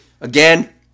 again